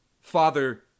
Father